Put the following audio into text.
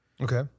Okay